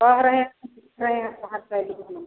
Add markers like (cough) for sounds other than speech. कह रहे है पाँच शैली की (unintelligible)